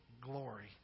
glory